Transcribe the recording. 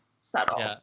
subtle